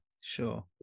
Sure